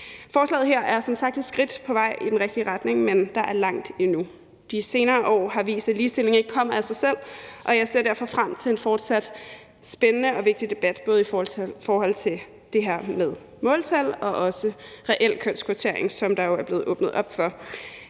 Forslaget her er som sagt et skridt i den rigtige retning, men der er langt endnu. De senere år har vist, at ligestilling ikke kommer af sig selv, og jeg ser derfor frem til en fortsat spændende og vigtig debat både i forhold til det her med måltal og også reel kønskvotering, som der jo er blevet åbnet op for